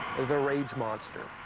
the rage monster.